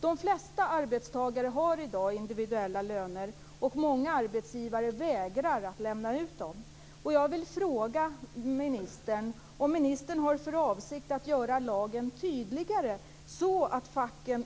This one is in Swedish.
De flesta arbetstagare har i dag individuella löner, och många arbetsgivare vägrar att lämna ut dem.